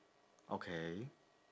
okay